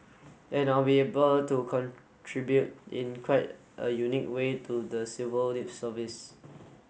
and I'll be able to contribute in quite a unique way to the civil service